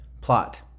Plot